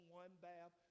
one-bath